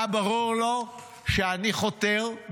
היה ברור לו שאני חותר,